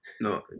No